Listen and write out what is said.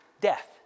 death